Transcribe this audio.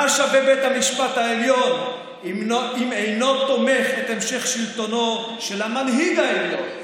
מה שווה בית המשפט העליון אם אינו תומך בהמשך שלטונו של המנהיג העליון?